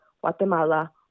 Guatemala